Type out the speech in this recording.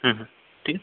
ठीक आहे